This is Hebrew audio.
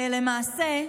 למעשה,